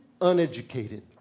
uneducated